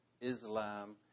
Islam